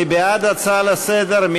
מי בעד ההצעה לסדר-היום?